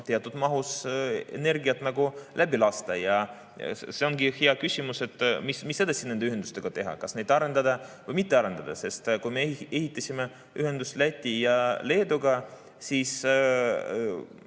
teatud mahus energiat läbi lasta. Ja see ongi hea küsimus, mis nende ühendustega edasi teha: kas neid arendada või mitte arendada? Sest kui me ehitasime ühenduse Läti ja Leeduga, siis